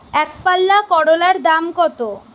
একপাল্লা করলার দাম কত?